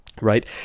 right